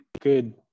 good